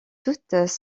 toutes